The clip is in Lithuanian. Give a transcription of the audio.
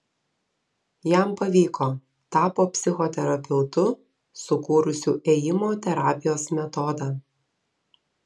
jam pavyko tapo psichoterapeutu sukūrusiu ėjimo terapijos metodą